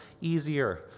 easier